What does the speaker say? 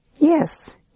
Yes